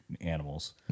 animals